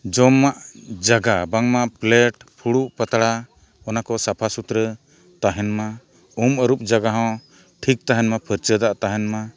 ᱡᱚᱢᱟᱜ ᱡᱟᱜᱟ ᱵᱟᱝᱢᱟ ᱯᱷᱩᱲᱩᱜ ᱯᱟᱛᱲᱟ ᱚᱱᱟ ᱠᱚ ᱥᱟᱯᱷᱟᱼᱥᱩᱛᱨᱟᱹ ᱛᱟᱦᱮᱱ ᱢᱟ ᱩᱢ ᱟᱹᱨᱩᱵ ᱡᱟᱜᱟ ᱦᱚᱸ ᱴᱷᱤᱠ ᱛᱟᱦᱮᱱ ᱢᱟ ᱯᱷᱟᱨᱪᱟ ᱫᱟᱜ ᱛᱟᱦᱮᱱ ᱢᱟ